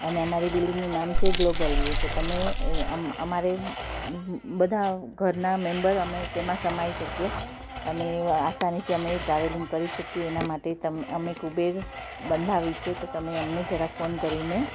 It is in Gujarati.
અને અમારી બિલ્ડિંગનું નામ છે ગ્લોબલ વ્યૂ તો તમે એ અમ અમારે બધા ઘરના મેમ્બર અમે તેમાં સમાઈ શકીએ અને આસાનીથી અમે એ ટ્રાવેલિંગ કરી શકીએ એના માટે તમે અમે કુબેર બંધાવી છે તો તમે અમને જરાક ફોન કરીને